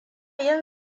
yin